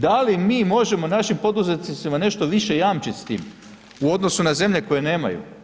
Da li mi možemo našim poduzetnicima nešto više jamčit s tim u odnosu na zemlje koje nemaju?